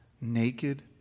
naked